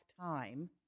time